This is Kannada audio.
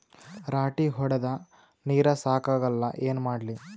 ರಾಟಿ ಹೊಡದ ನೀರ ಸಾಕಾಗಲ್ಲ ಏನ ಮಾಡ್ಲಿ?